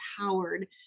empowered